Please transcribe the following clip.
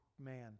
man